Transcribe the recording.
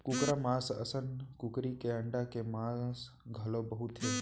कुकरा मांस असन कुकरी के अंडा के मांग घलौ बहुत हे